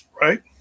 Right